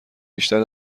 بیشتر